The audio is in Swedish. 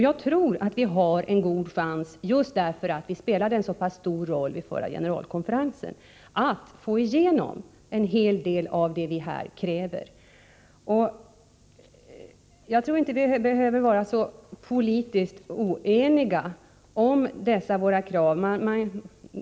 Jag tror att vi har en god chans, just därför att vi spelade en så pass stor roll vid den förra generalkonferensen, att få igenom en hel del av det vi här kräver. Jag anser inte att vi behöver vara så politiskt oeniga om dessa våra krav.